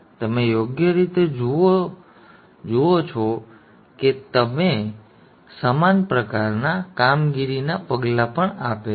તેથી તમે યોગ્ય રીતે જુઓ છો કે તે તમને સમાન પ્રકારનાં કામગીરીનાં પગલાં પણ આપે છે